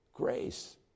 grace